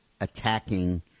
attacking